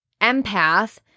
empath